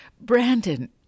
Brandon